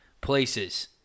places